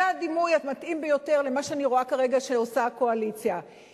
זה הדימוי המתאים ביותר למה שאני רואה שהקואליציה עושה כרגע.